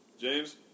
James